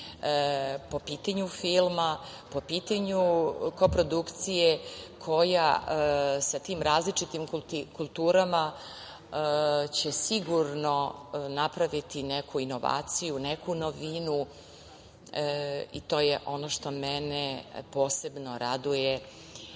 po pitanju filma, po pitanju koprodukcije koja će sa tim različitim kulturama sigurno napraviti neku inovaciju, neko novinu, i to je ono što mene posebno raduje